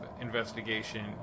investigation